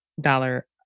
dollar